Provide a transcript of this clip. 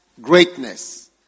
greatness